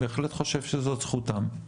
בהחלט חושב שזאת זכותם,